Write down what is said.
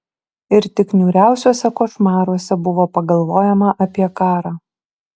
ir tik niūriausiuose košmaruose buvo pagalvojama apie karą